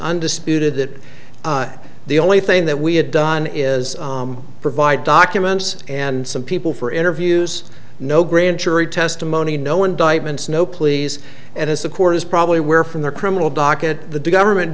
undisputed that the only thing that we have done is provide documents and some people for interviews no grand jury testimony no indictments no pleas and as the court is probably aware from the criminal docket the government